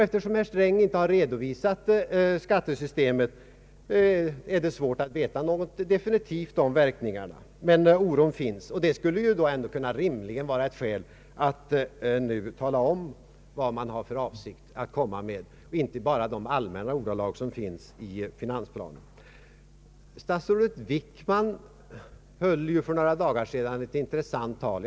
Eftersom herr Sträng inte har redovisat skattesystemet, är det svårt att veta något definitivt om verkningarna, men oron finns och det borde rimligen vara ett skäl för att nu tala om vad man har för avsikt att föreslå, inte bara i de allmänna ordalag som förekommer i finansplanen. Statsrådet Wickman höll för några dagar sedan ett intressant tal.